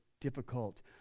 difficult